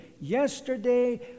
yesterday